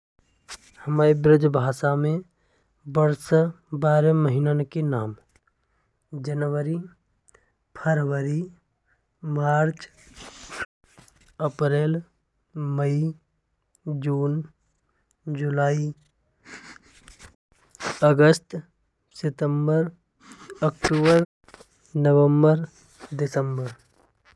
मैं ब्रज भाषा में बर्षा बारह महीने के नाम जनवरी, फरवरी, मार्च, अप्रैल, मई, जून, जुलाई, अगस्त, सेप्टेम्बर, अक्टूबर, नवम्बर, दिसम्बर।